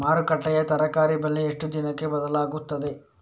ಮಾರುಕಟ್ಟೆಯ ತರಕಾರಿ ಬೆಲೆ ಎಷ್ಟು ದಿನಕ್ಕೆ ಬದಲಾಗುತ್ತದೆ?